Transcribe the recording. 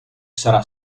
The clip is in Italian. sarà